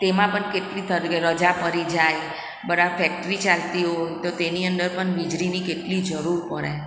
તેમાં પણ કેટલી થરગે રજા પડી જાય બરા ફેક્ટરી ચાલતી હોય તો તેની અંદર પણ વીજળીની કેટલી જરૂર પડે